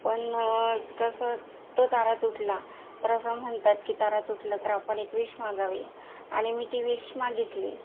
पण तसं तो तारा तुटला तर असं म्हणतात की तारा तुटला तर आपण एक विश मागावी आणि मी ती विश मागितली